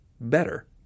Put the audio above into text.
better